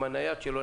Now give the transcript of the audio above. עם הנייד שלו,